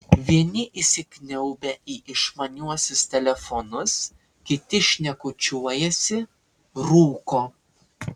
vieni įsikniaubę į išmaniuosius telefonus kiti šnekučiuojasi rūko